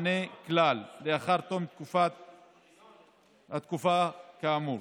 אני חושב שלמען כבודה של הכנסת ראוי לא להשאיר דבר כזה באוויר.